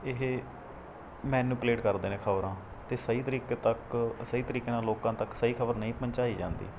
ਇਹ ਮੈਨੂਪਲੇਟ ਕਰਦੇ ਨੇ ਖਬਰਾਂ ਅਤੇ ਸਹੀ ਤਰੀਕੇ ਤੱਕ ਸਹੀ ਤਰੀਕੇ ਨਾਲ ਲੋਕਾਂ ਤੱਕ ਸਹੀ ਖਬਰ ਨਹੀਂ ਪਹੁੰਚਾਈ ਜਾਂਦੀ